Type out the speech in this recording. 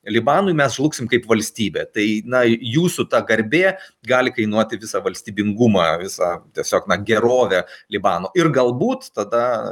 libanui mes žlugsim kaip valstybė tai na jūsų ta garbė gali kainuoti visą valstybingumą visą tiesiog na gerovę libano ir galbūt tada